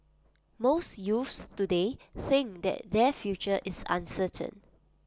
most youths today think that their future is uncertain